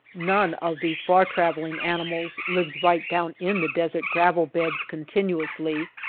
none of the far-travelling animals lives right down in the desert gravel-beds continu ously.